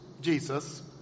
Jesus